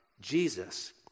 Jesus